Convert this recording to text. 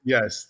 Yes